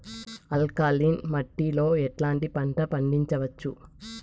Alkaline మట్టి లో ఎట్లాంటి పంట పండించవచ్చు,?